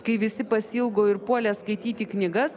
kai visi pasiilgo ir puolė skaityti knygas